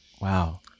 Wow